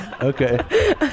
okay